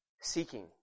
Seeking